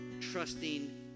trusting